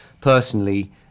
Personally